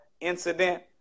incident